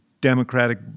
democratic